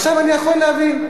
עכשיו, אני יכול להבין,